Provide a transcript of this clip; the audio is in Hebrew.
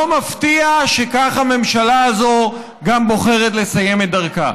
לא מפתיע שכך הממשלה הזאת גם בוחרת לסיים את דרכה.